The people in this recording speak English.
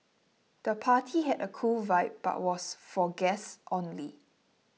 the party had a cool vibe but was for guests only